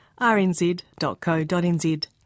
rnz.co.nz